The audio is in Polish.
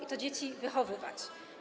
i te dzieci wychowywać.